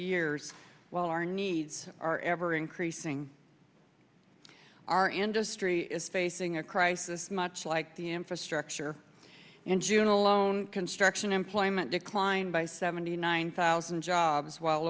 years while our needs are ever increasing our industry is facing a crisis much like the infrastructure in june alone construction employment declined by seventy nine thousand jobs while